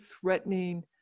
threatening